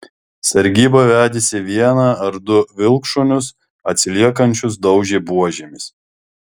sargyba vedėsi vieną ar du vilkšunius atsiliekančius daužė buožėmis